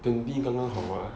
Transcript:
twenty 刚刚好吗